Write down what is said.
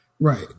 Right